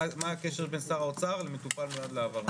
מה הקשר בין שר האוצר למטופל המיועד להעברה?